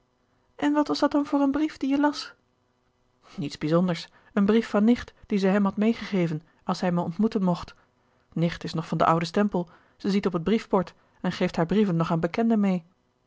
en wat was dat voor een brief dien je las niets bijzonders een brief van nicht dien ze hem had meegegeven als hij me ontmoeten mocht nicht is nog van den ouden stempel zij ziet op het briefport en geeft haar brieven nog aan bekenden mee